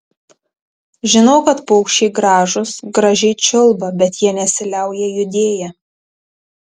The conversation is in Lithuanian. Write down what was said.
žinau kad paukščiai gražūs gražiai čiulba bet jie nesiliauja judėję